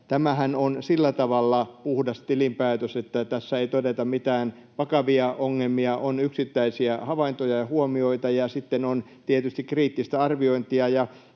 tämähän on sillä tavalla puhdas tilinpäätös, että tässä ei todeta mitään vakavia ongelmia. On yksittäisiä havaintoja ja huomioita, ja sitten on tietysti kriittistä arviointia.